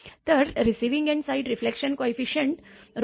तर receiving end side reflection coefficient 0